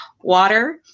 water